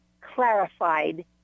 clarified